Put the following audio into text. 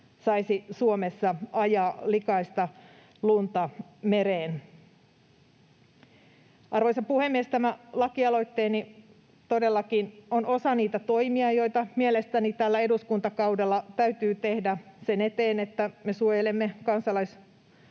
saisi Suomessa ajaa likaista lunta mereen. Arvoisa puhemies! Tämä lakialoitteeni todellakin on osa niitä toimia, joita mielestäni tällä eduskuntakaudella täytyy tehdä sen eteen, että me suojelemme kansallisomaisuuttamme,